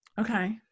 Okay